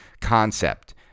concept